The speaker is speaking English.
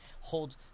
hold